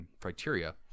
criteria